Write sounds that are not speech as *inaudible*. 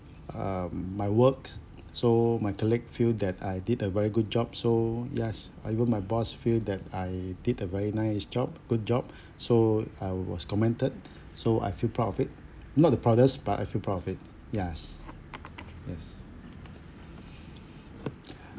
um my works so my colleague feel that I did a very good job so yes I got my boss feel that I did a very nice job good job *breath* so I was commented *breath* so I feel proud of it not the proudest but I feel proud of it yes yes *breath*